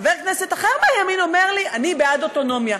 חבר כנסת אחר מהימין אומר לי: אני בעד אוטונומיה.